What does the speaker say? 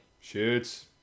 Shoots